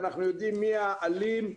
אנחנו יודעים מי האלים,